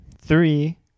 three